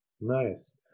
Nice